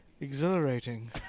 Exhilarating